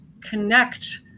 connect